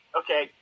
okay